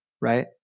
right